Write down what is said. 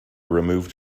removed